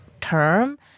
term